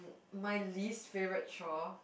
my least favourite chore